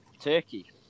Turkey